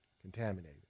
contaminated